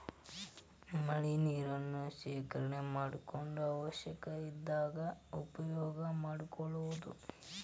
ಮಳಿ ನೇರನ್ನ ಶೇಕರಣೆ ಮಾಡಕೊಂಡ ಅವಶ್ಯ ಇದ್ದಾಗ ಉಪಯೋಗಾ ಮಾಡ್ಕೊಳುದು